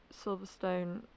Silverstone